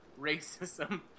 racism